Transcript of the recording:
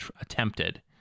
attempted